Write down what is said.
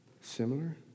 similar